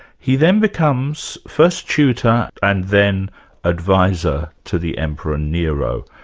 he then becomes first tutor and then advisor to the emperor nero.